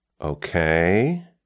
okay